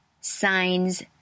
signs